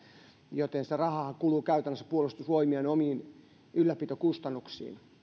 joten sitä rahaahan kuluu käytännössä puolustusvoimien omiin ylläpitokustannuksiin